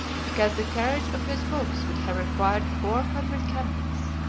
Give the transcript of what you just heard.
because the carriage of his books would have required four hundred camels.